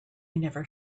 never